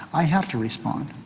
i have to respond.